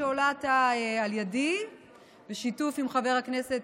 שעולה עתה על ידי בשיתוף עם חברי הכנסת